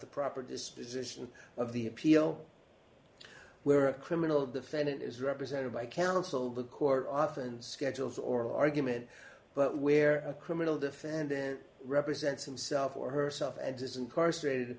the proper disposition of the appeal where a criminal defendant is represented by counsel the court often scheduled oral argument but where a criminal defendant represents himself or herself and says incarcerated